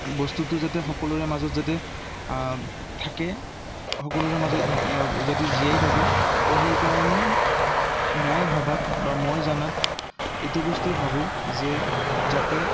বস্তুটো যাতে সকলোৰে মাজত যাতে থাকে সকলোৰে মাজত যাতে জীয়াই থাকে তো সেইকাৰণে মই ভাবাত বা মই জনাত এইটো বস্তুৱেই ভাবোঁ যে যাতে